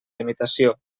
limitació